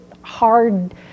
hard